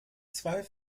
zwei